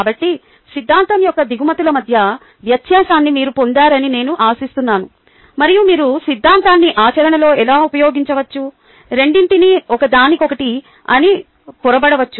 కాబట్టి సిద్ధాంతం యొక్క దిగుమతుల మధ్య వ్యత్యాసాన్ని మీరు పొందుతారని నేను ఆశిస్తున్నాను మరియు మీరు సిద్ధాంతాన్ని ఆచరణలో ఎలా ఉపయోగించవచ్చో రెండింటినీ ఒకదానికొకటి అని పొరబడవద్దు